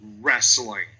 wrestling